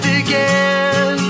again